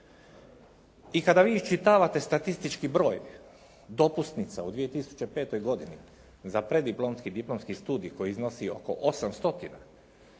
I kada vi isčitavate statistički broj dopusnica u 2005. godinu za preddiplomski, diplomski studij koji iznosi oko 8